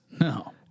No